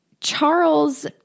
Charles